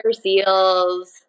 seals